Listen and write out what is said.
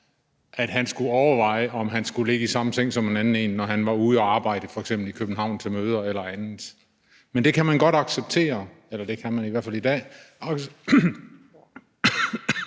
at han skulle overveje, om han skulle ligge i samme seng som en anden, når han var ude at arbejde, f.eks. til møder i København eller andet. Men det kan man godt acceptere – eller det kan man i hvert fald i dag